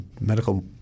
medical